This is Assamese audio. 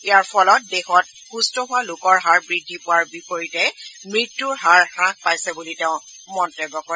ইয়াৰ ফলত দেশত সুস্থ হোৱা লোকৰ হাৰ বৃদ্ধি পোৱাৰ বিপৰীতে মৃত্যুৰ হাৰ হ্ৰাস পাইছে বুলি তেওঁ মন্তব্য কৰে